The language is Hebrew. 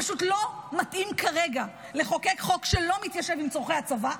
פשוט לא מתאים כרגע לחוק חוק שלא מתיישב עם צורכי הצבא.